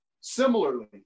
similarly